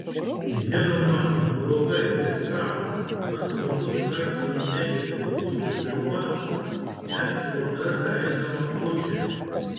žinoma blogai bet sako kad žmogus kartą nudegęs kopūstų sriuba net pro daržą eidamas pučia